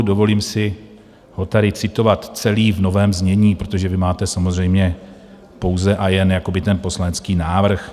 Dovolím si ho tady citovat celý v novém znění, protože vy máte samozřejmě pouze a jen ten poslanecký návrh.